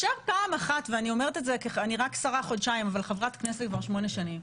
אני שרה רק חודשיים אבל חברת כנסת כבר שמונה שנים.